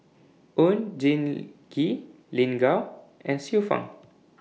Oon Jin Gee Lin Gao and Xiu Fang